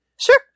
Sure